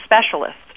specialists